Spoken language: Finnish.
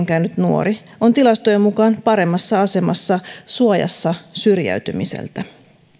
käynyt nuori on tilastojen mukaan paremmassa asemassa suojassa syrjäytymiseltä